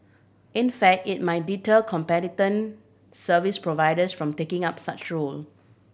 in fact it might deter competent service providers from taking up such role